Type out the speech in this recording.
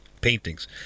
paintings